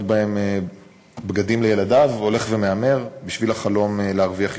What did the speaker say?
בהן בגדים לילדיו הולך ומהמר בשביל החלום להרוויח יותר.